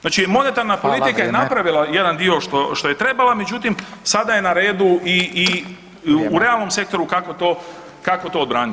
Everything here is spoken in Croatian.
Znači, monetarna politika je napravila jedan dio što je trebala međutim sada je na redu i u realnom sektoru kako to obraniti.